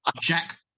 Jack